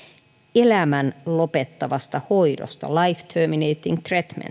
elämän lopettavasta hoidosta life terminating treatment ihmisellä